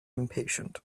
impatient